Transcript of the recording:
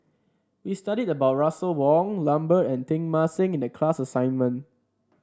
we studied about Russel Wong Lambert and Teng Mah Seng in the class assignment